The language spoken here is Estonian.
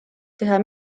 teha